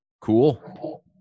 Cool